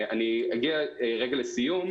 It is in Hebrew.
לסיום,